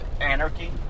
anarchy